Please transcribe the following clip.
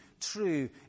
true